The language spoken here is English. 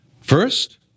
First